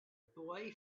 boy